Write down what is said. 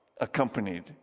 accompanied